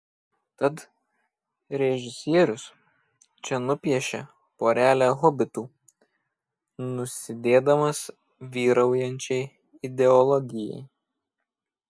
tad režisierius čia nupiešia porelę hobitų nusidėdamas vyraujančiai ideologijai